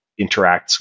interacts